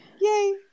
yay